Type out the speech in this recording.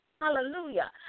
Hallelujah